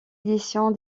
édition